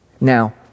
Now